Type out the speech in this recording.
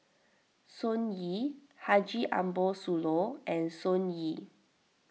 Sun Yee Haji Ambo Sooloh and Sun Yee